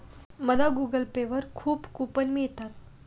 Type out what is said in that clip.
मला Google Pay वर खूप कूपन मिळतात